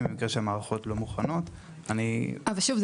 במקרה שהמערכות לא מוכנות --- אבל שוב,